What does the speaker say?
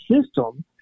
system